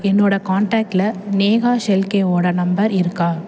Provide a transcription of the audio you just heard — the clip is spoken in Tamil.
என்னோடய காண்டாக்ட்டில் நேஹா ஷெல்கேவோடய நம்பர் இருக்கா